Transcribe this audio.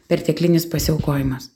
perteklinis pasiaukojimas